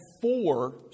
four